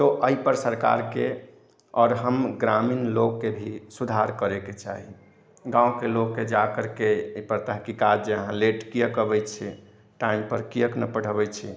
तो एहि पर सरकारके आओर हम ग्रामीण लोकके भी सुधार करैके चाही गाँवके लोकके जा करके एहि पर तहकिकात जे अहाँ लेट कियेक अबै छी टाइम पर कियेक नहि पढ़बै छी